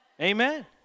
Amen